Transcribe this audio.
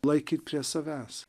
laikyt prie savęs